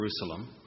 Jerusalem